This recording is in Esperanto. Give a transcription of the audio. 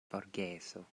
forgeso